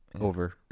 over